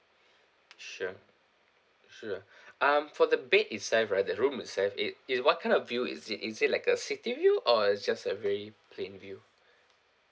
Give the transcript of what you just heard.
sure sure um for the bed itself right the room itself it it what kind of view is it is it like a city view or it's just a very plain view